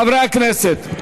חברי הכנסת,